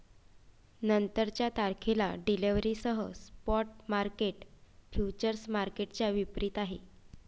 नंतरच्या तारखेला डिलिव्हरीसह स्पॉट मार्केट फ्युचर्स मार्केटच्या विपरीत आहे